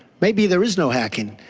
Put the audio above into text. maybe there is no hacking,